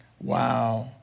wow